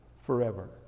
forever